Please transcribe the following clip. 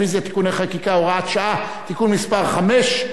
בטלוויזיה) (תיקוני חקיקה) (הוראות שעה) (תיקון מס' 5),